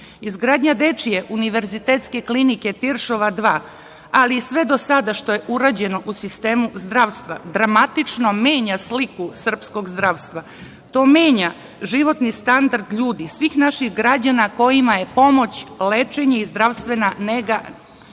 građane. Izgradnja dečije Univerzitetske klinike Tiršova 2, ali i sve do sada što je urađeno u sistemu zdravstva, dramatično menja sliku srpskog zdravstva. To menja životni standard ljudi, svih naših građana kojima je pomoć, lečenje i zdravstvena nega